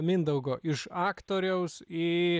mindaugo iš aktoriaus į